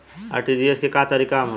RTGS के का काम होला?